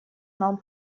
нам